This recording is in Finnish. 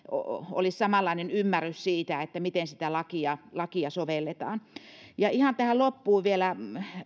olisi samanlainen ymmärrys siitä miten sitä lakia lakia sovelletaan arvoisa puhemies ihan tähän loppuun vielä